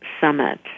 Summit